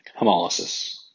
hemolysis